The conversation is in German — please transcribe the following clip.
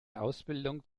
ausbildung